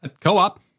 co-op